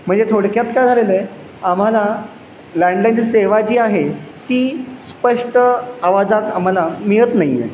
म्हणजे थोडक्यात काय झालेलं आहे आम्हाला लँडलाईनची सेवा जी आहे ती स्पष्ट आवाजात आम्हाला मिळत नाही आहे